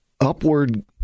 upward